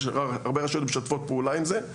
והרבה רשויות משתפות פעולה עם זה.